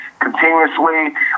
continuously